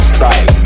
Style